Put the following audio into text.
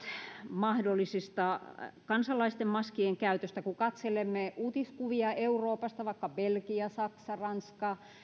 mahdollisesta kansalaisten maskien käytöstä kun katselemme uutiskuvia euroopasta niin vaikkapa belgiassa saksassa ranskassa ja